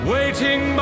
Waiting